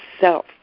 self